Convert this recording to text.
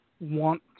want